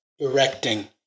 directing